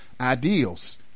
ideals